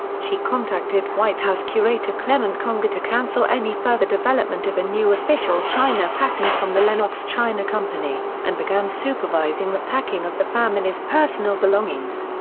she contacted white house curator clement conger to cancel any further development of a new official china pattern from the lenox china company, and began supervising the packing of the family's personal belongings.